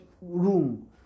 room